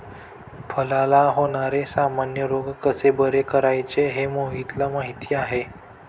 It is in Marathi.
फळांला होणारे सामान्य रोग कसे बरे करायचे हे मोहितला माहीती आहे